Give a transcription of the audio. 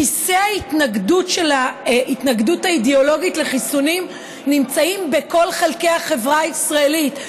כיסי ההתנגדות האידיאולוגית לחיסונים נמצאים בכל חלקי החברה הישראלית.